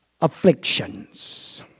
Afflictions